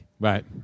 Right